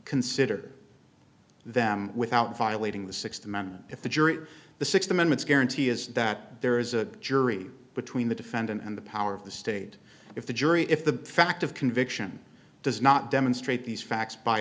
consider them without violating the sixth amendment if the jury the sixth amendment guarantee is that there is a jury between the defendant and the power of the state if the jury if the fact of conviction does not demonstrate these facts by